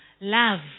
Love